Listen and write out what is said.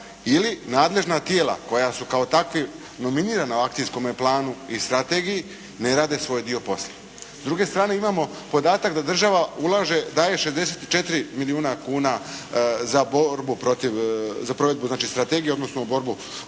ili nadležna tijela koja su kao takvi …/Govornik se ne razumije./… u akcijskome planu i strategiji ne rade svoj dio posla. S druge strane imamo podatak da država ulaže, daje 64 milijuna kuna za borbu protiv, za provedbu strategije odnosno borbu